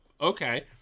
okay